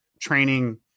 training